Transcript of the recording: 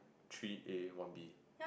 three A one B